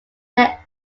that